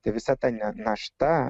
tai visa ta našta